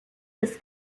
des